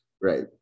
right